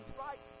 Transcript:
right